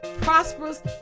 prosperous